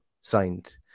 signed